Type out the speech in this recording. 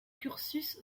cursus